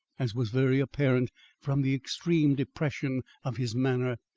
as was very apparent from the extreme depression of his manner,